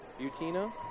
Butina